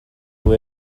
who